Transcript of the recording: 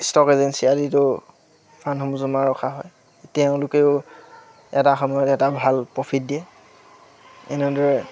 stock agency আদিতো ফণ্ডসমূহ জমা ৰখা হয় তেওঁলোকেও এটা সময়ত এটা ভাল প্ৰফিট দিয়ে এনেদৰে